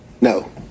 No